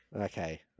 Okay